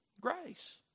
Grace